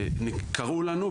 קראו לנו,